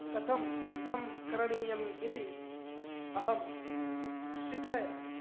कथं युद्धं करणीयम् इति अहं शिक्षयामि